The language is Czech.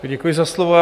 Děkuji za slovo.